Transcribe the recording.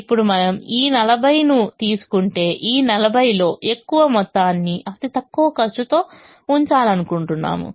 ఇప్పుడు మనము ఈ 40 ను తీసుకుంటే ఈ 40 లో ఎక్కువ మొత్తాన్ని అతి తక్కువ ఖర్చుతో ఉంచాలనుకుంటున్నాము